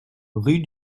rue